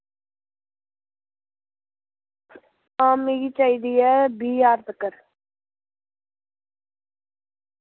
हां मिगी चाहिदी ऐ बीह् ज्हार तकर